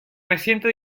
reciente